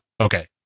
Okay